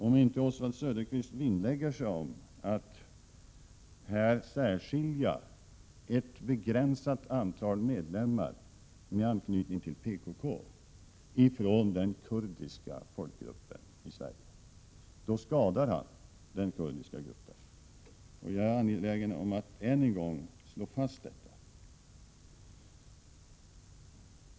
Om inte Oswald Söderqvist vinnlägger sig om att här särskilja ett begränsat antal medlemmar med anknytning till PKK från den kurdiska folkgruppen i Sverige, då skadar han den kurdiska gruppen. Jag är angelägen om att än en gång slå fast detta.